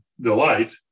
delight